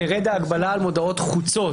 תרד ההגבלה על מודעות חוצות.